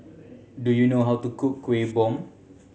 do you know how to cook Kuih Bom